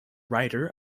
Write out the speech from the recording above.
writer